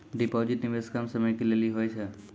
Deposit निवेश कम समय के लेली होय छै?